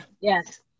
yes